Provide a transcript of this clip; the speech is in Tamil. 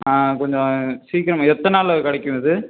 ஆ கொஞ்சம் சீக்கிரமாக எத்தனை நாளில் கிடைக்கும் இது